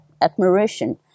admiration